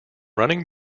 running